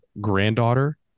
granddaughter